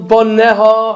Bonneha